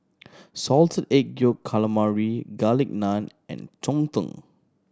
Salted Egg Yolk Calamari Garlic Naan and cheng tng